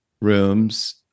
rooms